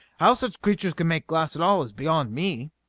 how such creatures can make glass at all is beyond me!